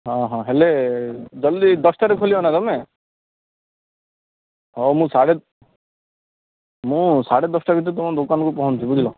ହଁ ହଁ ଜଲ୍ଦି ଦଶଟାରେ ଖୋଲିବ ନା ତମେ ହଉ ମୁଁ ସାଢ଼େ ମୁଁ ସାଢ଼େ ଦଶଟା ଭିତରେ ତମ ଦୋକାନକୁ ପହଞ୍ଚିବି ବୁଝିଲ